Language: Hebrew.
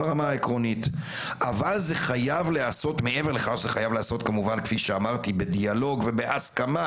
מעבר לכך שזה חייב להיעשות כמובן בדיאלוג ובהסכמה,